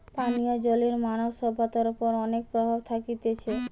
পানীয় জলের মানব সভ্যতার ওপর অনেক প্রভাব থাকতিছে